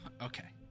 Okay